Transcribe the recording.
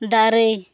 ᱫᱟᱨᱮ